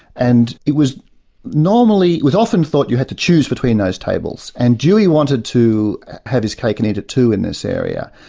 and it was normally, it was often, thought you had to choose between those tables, and dewey wanted to have his cake and eat it too in this area.